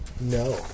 No